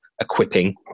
equipping